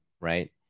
right